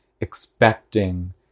expecting